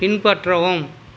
பின்பற்றவும்